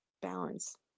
balance